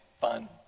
fun